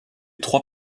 trois